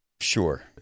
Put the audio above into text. Sure